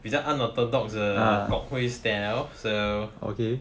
比较 unorthodox 的 broadway style so